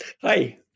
Hi